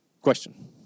question